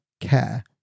care